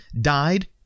died